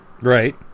Right